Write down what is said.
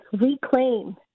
reclaim